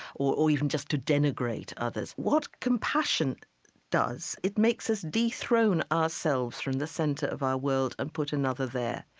or or even just to denigrate others. what compassion does, it makes us dethrone ourselves from the center of our world and put another there.